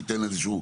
הנציגים שלו כאן.